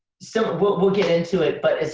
so we'll we'll get into it but,